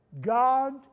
God